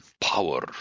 power